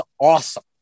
awesome